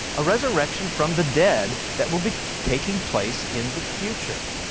a resurrection from the dead that will be taking place in the future.